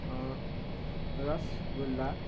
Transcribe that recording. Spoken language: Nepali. रसगुल्ला